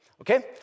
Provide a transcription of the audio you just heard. Okay